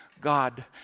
God